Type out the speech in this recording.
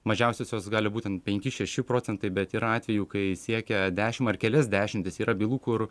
mažiausiosios gali būt ten penki šeši procentai bet yra atvejų kai siekia dešim ar kelias dešimtis yra bylų kur